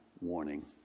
warning